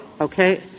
Okay